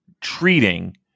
treating